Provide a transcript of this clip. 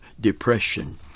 depression